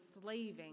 slaving